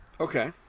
Okay